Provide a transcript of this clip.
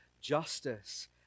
justice